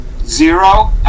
Zero